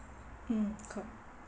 mm co~